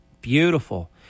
Beautiful